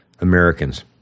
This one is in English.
Americans